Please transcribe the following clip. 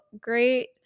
great